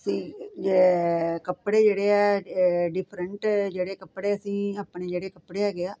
ਅਸੀਂ ਕੱਪੜੇ ਜਿਹੜੇ ਐ ਡਿਫਰੈਂਟ ਜਿਹੜੇ ਕੱਪੜੇ ਅਸੀਂ ਆਪਣੇ ਜਿਹੜੇ ਕੱਪੜੇ ਹੈਗੇ ਆ